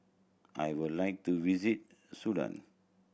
I would like to visit Sudan